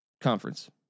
conference